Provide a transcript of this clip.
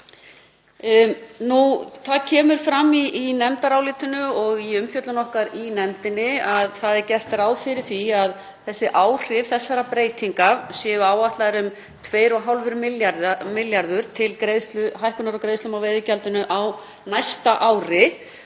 Það kemur fram í nefndarálitinu og í umfjöllun okkar í nefndinni að gert er ráð fyrir því að áhrif þessara breytinga séu áætluð um 2,5 milljarðar til hækkunar á greiðslum á veiðigjaldinu á næsta ári.